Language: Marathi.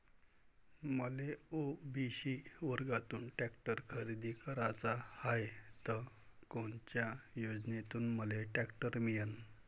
मले ओ.बी.सी वर्गातून टॅक्टर खरेदी कराचा हाये त कोनच्या योजनेतून मले टॅक्टर मिळन?